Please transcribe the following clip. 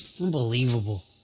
Unbelievable